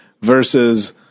versus